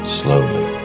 slowly